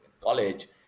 college